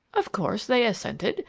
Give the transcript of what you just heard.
of course they assented,